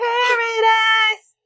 Paradise